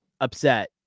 upset